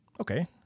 okay